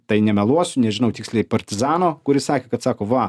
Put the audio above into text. tai nemeluosiu nežinau tiksliai partizano kuris kad sako va